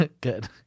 good